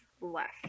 left